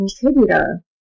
contributor